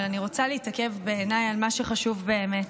אבל אני רוצה להתעכב על מה שחשוב באמת.